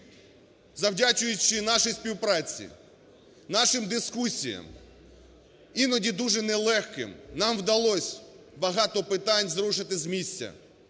Завдячуючи нашій співпраці, нашим дискусіям, іноді дуже нелегким, нам вдалося багато питань зрушити з місця.